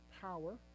power